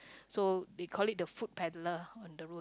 so they call it the food peddler on the road